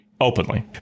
openly